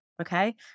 Okay